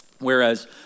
Whereas